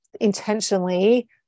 intentionally